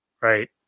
Right